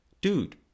dude